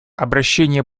обращение